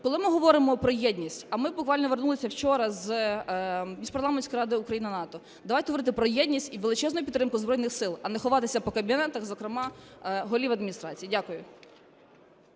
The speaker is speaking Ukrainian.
коли ми говоримо про єдність, а ми буквально вернулися вчора з Міжпарламентської ради Україна-НАТО, давайте говорити про єдність і величезну підтримку Збройних Сил, а не ховатися по кабінетах, зокрема голів адміністрацій. Дякую.